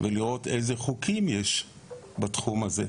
ולראות איזה חוקים יש בתחום הזה.